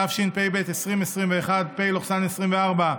התשפ"ב 2021, פ/2228/24,